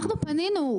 אנחנו פנינו,